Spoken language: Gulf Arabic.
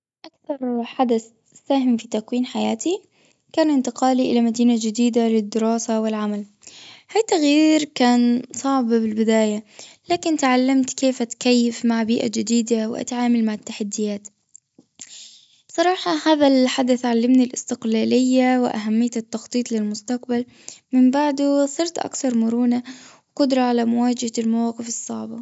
أكثر حدث ساهم في تكوين حياتي. كان أنتقالي إلي مدينة جديدة للدراسة والعمل. التغيير كان صعب بالبداية لكن تعلمت كيف تكيف مع بيئة جديدة وأتعامل مع التحديات. صراحة هذا الحدث علمني الأستقلالية وأهمية التخطيط للمستقبل من بعده صرت أكثر مرونة والقدرة علي مواجهة المواقف الصعبة.